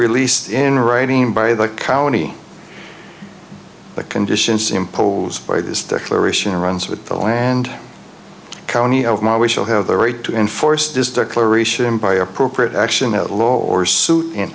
released in writing by the county the conditions imposed by this declaration runs with the law and county of my we shall have the right to enforce this declaration by appropriate action of law or suit in